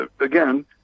again